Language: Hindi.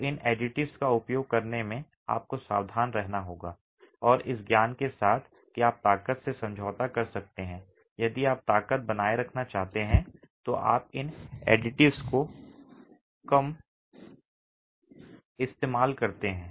तो इन एडिटिव्स का उपयोग करने में आपको सावधान रहना होगा और इस ज्ञान के साथ कि आप ताकत से समझौता कर सकते हैं यदि आप ताकत बनाए रखना चाहते हैं तो आप इन एडिटिव्स का कम इस्तेमाल करते हैं